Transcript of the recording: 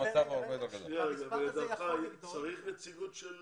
לדעתך צריך נציגות של